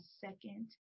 second